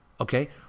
Okay